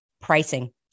pricing